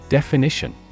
Definition